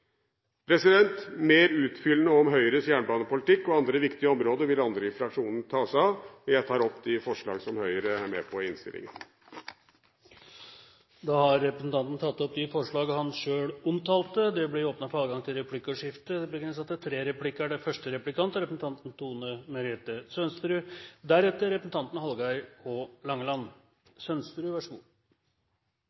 Mer utfyllende om Høyres jernbanepolitikk og andre viktige områder vil andre i fraksjonen ta seg av. Jeg tar opp de forslag Høyre er med på i innstillingen. Representanten Øyvind Halleraker har tatt opp de forslagene han refererte til. Det blir åpnet for replikkordskifte. Høyre, Kristelig Folkeparti og Fremskrittspartiet hevder at de tre